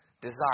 desire